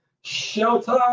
shelter